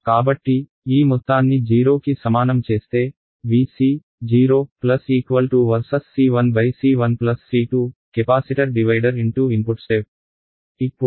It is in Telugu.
కాబట్టి ఈ మొత్తాన్ని 0 కి సమానం చేస్తే Vc Vs C1 C1 C2 capacitor divider × input step